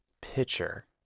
pitcher